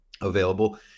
available